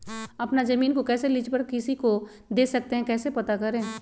अपना जमीन को कैसे लीज पर किसी को दे सकते है कैसे पता करें?